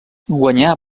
guanyar